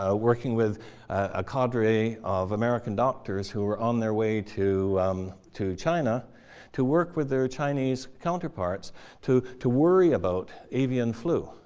ah working with a cadre of american doctors who were on their way to to china to work with their chinese counterparts to to worry about avian flu.